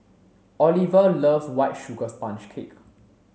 Oliva loves white sugar sponge cake